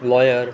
lower